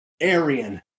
Arian